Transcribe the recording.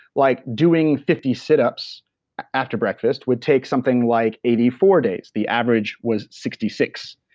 like doing fifty sit-ups after breakfast would take something like eighty four days the average was sixty six.